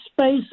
space